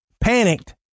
Panicked